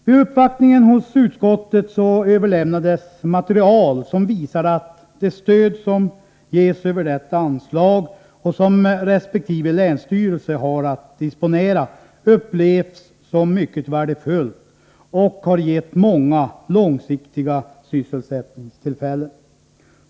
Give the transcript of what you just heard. Vid uppvaktningen hos utskottet överlämnades material som visar att det stöd som ges över detta anslag och som resp. länsstyrelse har att disponera upplevs som mycket värdefullt och har gett många långsiktiga sysselsättningstillfällen.